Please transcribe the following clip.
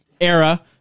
era